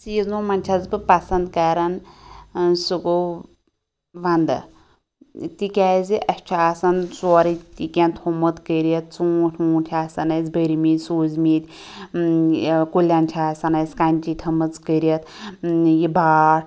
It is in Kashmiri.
سیٖزنو مَنٛز چھیٚس بہٕ پسنٛد کَران ٲں سُہ گوٚو ونٛدٕ تِکیٛازِ اسہِ چھُ آسان سورُے تہِ کیٚنٛہہ تھومُت کٔرِتھ ژونٛٹھۍ ووٗنٛٹھۍ آسان اسہِ بھٔرمِتۍ سوٗزمِتۍ ٲں کُلیٚن چھِ آسان اسہِ کینٛچی تھٔمٕژ کٔرِتھ یہِ باٹھ